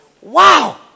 Wow